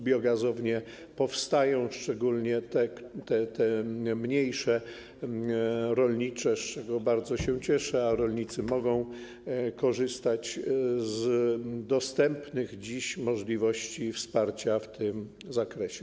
Biogazownie powstają, szczególnie te mniejsze, rolnicze, z czego bardzo się cieszę, a rolnicy mogą korzystać z dostępnych dziś możliwości wsparcia w tym zakresie.